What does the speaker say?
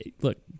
look